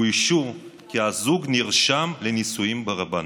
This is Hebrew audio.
הוא אישור כי הזוג נרשם לנישואים ברבנות.